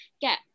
get